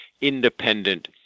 independent